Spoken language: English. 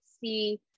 see